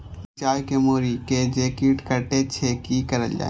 मिरचाय के मुरी के जे कीट कटे छे की करल जाय?